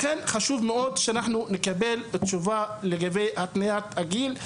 לכן חשוב מאוד שנקבל את התשובה לגבי תנאי הגיל.